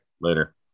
Later